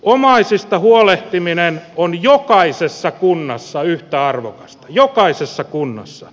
omaisista huolehtiminen on jokaisessa kunnassa yhtä arvokasta jokaisessa kunnassa